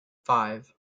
five